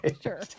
sure